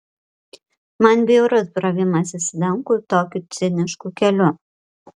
man bjaurus brovimasis į dangų tokiu cinišku keliu